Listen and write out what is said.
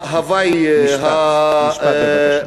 מההווי, משפט, בבקשה.